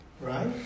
Right